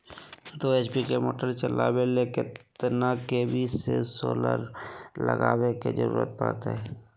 दो एच.पी के मोटर चलावे ले कितना के.वी के सोलर लगावे के जरूरत पड़ते?